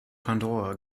pandora